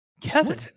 Kevin